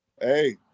Hey